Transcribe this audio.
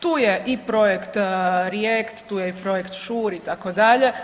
Tu je i projekt RIEKT, tu je i projekt ŠUR itd.